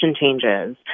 changes